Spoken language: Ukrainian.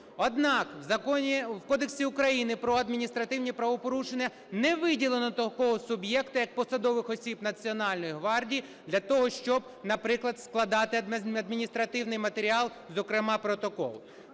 Однак в Кодексі України про адміністративні правопорушення не виділено такого суб'єкта, як посадових осіб Національної гвардії для того, щоб, наприклад, складати адміністративний матеріал, зокрема протокол.